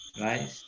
right